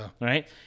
right